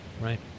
right